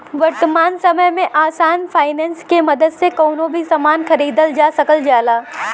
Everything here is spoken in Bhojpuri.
वर्तमान समय में आसान फाइनेंस के मदद से कउनो भी सामान खरीदल जा सकल जाला